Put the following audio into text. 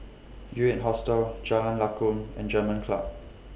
U eight Hostel Jalan Lakum and German Club